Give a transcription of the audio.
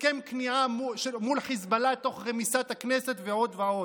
הסכם כניעה מול חיזבאללה תוך רמיסת הכנסת ועוד ועוד.